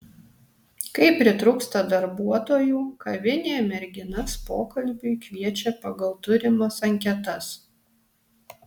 kai pritrūksta darbuotojų kavinė merginas pokalbiui kviečia pagal turimas anketas